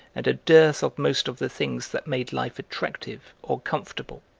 and a dearth of most of the things that made life attractive or comfortable.